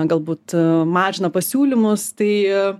galbūt mažina pasiūlymus tai